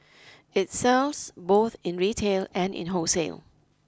it sells both in retail and in wholesale